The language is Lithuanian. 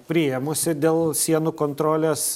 priėmusi dėl sienų kontrolės